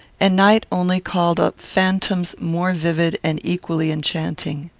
and night only called up phantoms more vivid and equally enchanting.